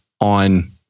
on